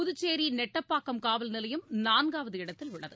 புதுச்சேரி நெட்டப்பாக்கம் காவல்நிலையம் நான்காவது இடத்தில் உள்ளது